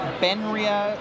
benria